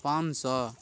पाँच सए